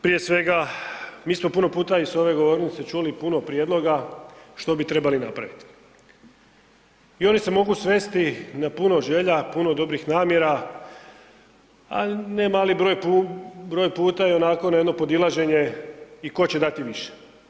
Prije svega mi smo puno puta s ove govornice čuli puno prijedloga što bi trebali napraviti i oni se mogu svesti na puno želja, puno dobrih namjera, a nemali broj puta i onako na jedno podilaženje i tko će dati više.